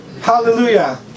Hallelujah